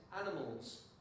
animals